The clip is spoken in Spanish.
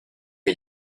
que